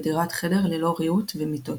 בדירת חדר ללא ריהוט ומיטות.